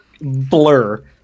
blur